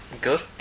good